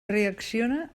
reacciona